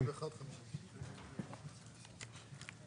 היום בשירות הלאומי משרתות בעיקר נשים